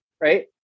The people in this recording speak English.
Right